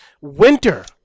winter